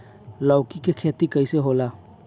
लौकी के खेती कइसे होला?